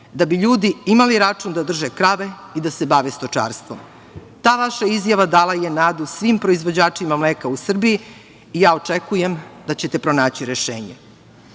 da bi ljudi imali račun da drže krave i da se bave stočarstvom. Ta vaša izjava dala je nadu svim proizvođačima mleka u Srbiji i ja očekujem da ćete pronaći